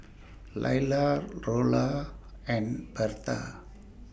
Laila Rollo and Bertha